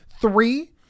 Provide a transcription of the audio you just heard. Three